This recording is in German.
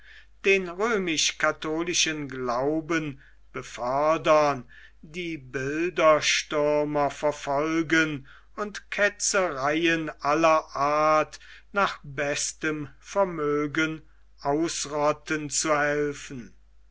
den römisch-katholischen glauben befördern die bilderstürmer verfolgen und ketzereien aller art nach bestem vermögen ausrotten zu helfen